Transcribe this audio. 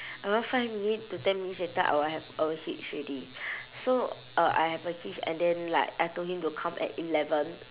around five minute to ten minutes later I will have a hitch already so er I have a hitch and then like I told him to come at eleven